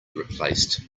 replaced